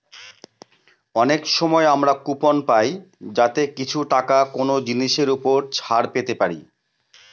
অনেক সময় আমরা কুপন পাই যাতে কিছু টাকা কোনো জিনিসের ওপর ছাড় পেতে পারি